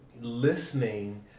listening